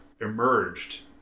emerged